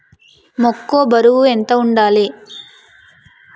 మొక్కొ బరువు ఎంత వుండాలి?